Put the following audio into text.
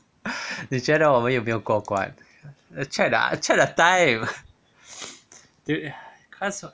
你觉得我们有没有过关 check the check the time